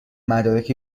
مدارک